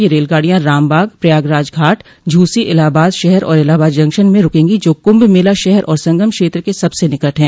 ये रेलगाडियां रामबाग प्रयागराज घाट झूसी इलाहाबाद शहर और इलाहाबाद जंक्शन में रूकेंगी जो क्म्भ मेला शहर और संगम क्षेत्र के सबसे निकट हैं